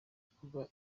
kuba